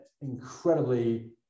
incredibly